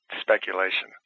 speculation